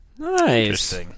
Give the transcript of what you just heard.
nice